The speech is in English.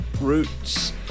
roots